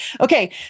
Okay